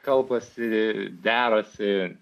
kalbasi derasi